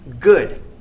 Good